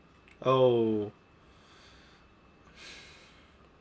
oh